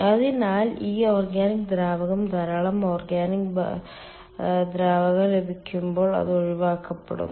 അതിനാൽ ഈ ഓർഗാനിക് ദ്രാവകം ധാരാളം ഓർഗാനിക് ദ്രാവകം ലഭിക്കുമ്പോൾ അത് ഒഴിവാക്കപ്പെടുന്നു